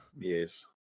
Yes